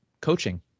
coaching